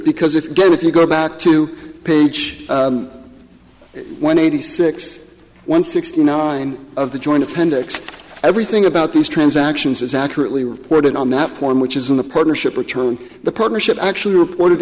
because if you go if you go back to page one eighty six one sixty nine of the joint appendix everything about these transactions is accurately reported on that point which is in the partnership return the partnership actually reported